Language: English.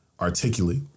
articulate